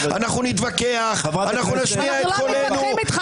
אנחנו נתווכח, אנחנו נשמיע קולנו.